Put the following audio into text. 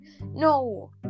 No